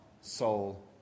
soul